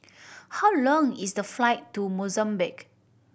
how long is the flight to Mozambique